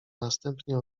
następnie